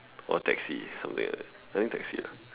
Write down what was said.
or taxi something like that I think taxi ah